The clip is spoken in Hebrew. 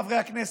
חברי הכנסת,